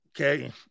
Okay